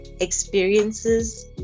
experiences